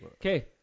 Okay